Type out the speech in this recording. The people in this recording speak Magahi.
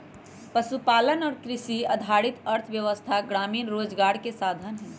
पशुपालन और कृषि आधारित अर्थव्यवस्था ग्रामीण रोजगार के साधन हई